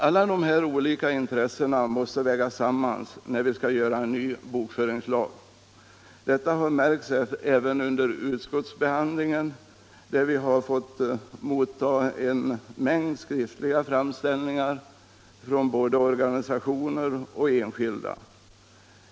Alla de här olika intressena måste läggas samman när vi skall göra en ny bokföringslag. Detta har märkts även under utskottsbehandlingen, där vi har fått motta en mängd skriftliga framställningar från både organisationer och enskilda.